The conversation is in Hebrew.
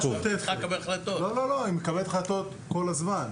לא לא, היא מקבלת החלטות כל הזמן.